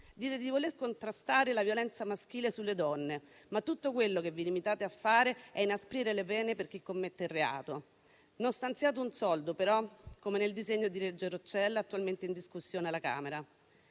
Dite di voler contrastare la violenza maschile sulle donne, ma tutto quello che vi limitate a fare è inasprire le pene per chi commette il reato. Non stanziate un soldo, però, come nel disegno di legge Roccella attualmente in discussione alla Camera.